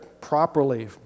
properly